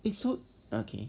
eh so okay